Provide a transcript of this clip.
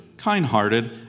kind-hearted